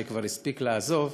שכבר הספיק לעזוב,